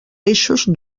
eixos